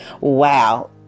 Wow